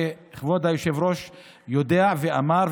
וכבוד היושב-ראש יודע ואמר,